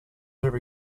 every